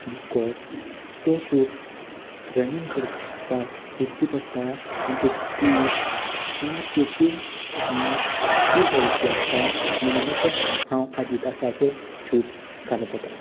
because तें shoes running करपाक easy पडटा आनी तेची ग्रिप किंवा तेचें ती हलकी आसता म्हणूनच हांव आदिदासाचे शूज घालप वता